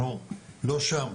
אנחנו לא שם,